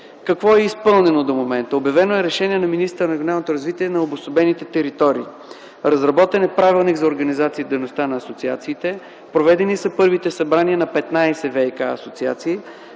Какво е изпълнено до момента: - обявено е решение на министъра на регионалното развитие на обособените територии; - разработен е Правилник за организацията и дейността на асоциациите; - проведени са първите събрания на 15 ВиК-асоциации;